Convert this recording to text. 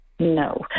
No